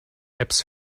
apps